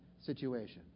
situation